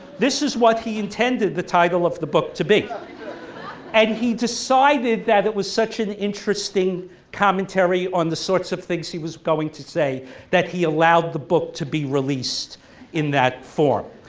this is what he intended the title of the book to be and he decided that it was such an interesting commentary on the sorts of things he was going to say that he allowed the book to be released in that form,